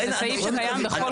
זה סעיף שקיים בכל חוק.